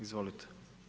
Izvolite.